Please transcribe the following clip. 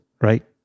right